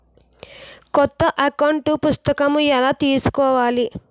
కొత్త అకౌంట్ పుస్తకము ఎలా తీసుకోవాలి?